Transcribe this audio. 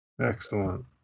Excellent